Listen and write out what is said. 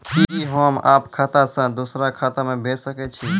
कि होम आप खाता सं दूसर खाता मे भेज सकै छी?